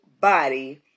body